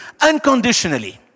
unconditionally